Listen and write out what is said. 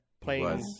playing